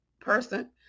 person